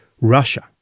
Russia